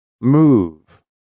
Move